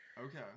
Okay